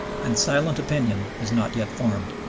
and silent opinion is not yet formed.